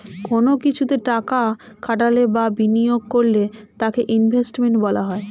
কোন কিছুতে টাকা খাটালে বা বিনিয়োগ করলে তাকে ইনভেস্টমেন্ট বলা হয়